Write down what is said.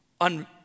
on